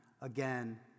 again